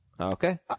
Okay